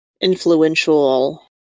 influential